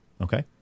Okay